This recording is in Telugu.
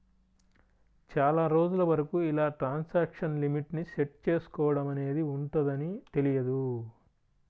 చాలా రోజుల వరకు ఇలా ట్రాన్సాక్షన్ లిమిట్ ని సెట్ చేసుకోడం అనేది ఉంటదని తెలియదు